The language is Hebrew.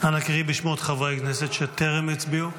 נא להקריא את שמות חברי הכנסת שטרם הצביעו.